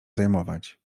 zajmować